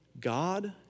God